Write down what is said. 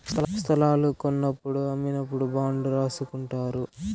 స్తలాలు కొన్నప్పుడు అమ్మినప్పుడు బాండ్లు రాసుకుంటారు